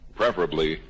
preferably